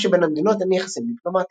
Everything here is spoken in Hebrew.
אף שבין המדינות אין יחסים דיפלומטיים.